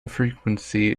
frequency